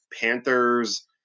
Panthers